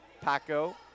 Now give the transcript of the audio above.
Paco